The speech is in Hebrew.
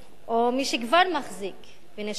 או מי שכבר מחזיק בנשק גרעיני,